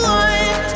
one